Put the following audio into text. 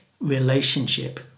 relationship